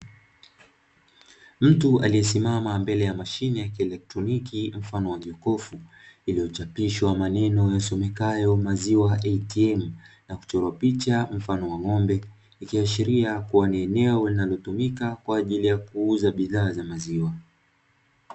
Mtu aliyesimama mbele ya mashine ya kielektroniki mfano wa jokofu, iliyochapishwa maneno yasomekayo "maziwa ATM", na kuchorwa picha mfano wa ng'ombe, ikiashiria kuwa ni eneo linalotumika kwa ajili ya kuuza bidhaa za maziwa.